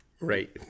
right